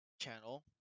channel